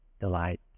delight